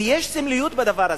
ויש סמליות בדבר הזה.